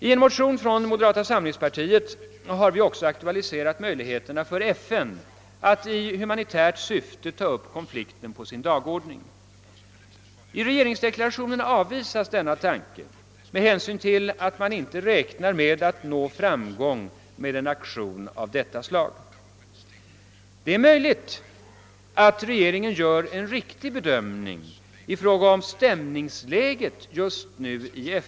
I en motion från moderata samlingspartiet har vi även aktualiserat frågan om FN:s möjligheter att i humanitärt syfte ta upp konflikten på sin dagordning. I regeringsdeklarationen avvisas denna tanke med hänsyn till att man inte räknar med att uppnå någon framgång med en aktion av detta slag. Det är möjligt att regeringen gör en riktig bedömning i fråga om stämningsläget just nu i FN.